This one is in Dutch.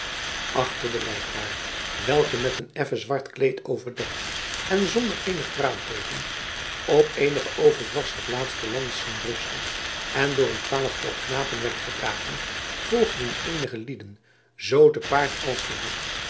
achter de lijkbaar welke met een effen zwart kleed overdekt en zonder eenig praalteeken op eenige overdwars geplaatste lansen rustte en door een twaalftal knapen werd gedragen volgden eenige lieden zoo te paard als te voet